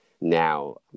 now